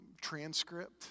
transcript